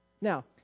Now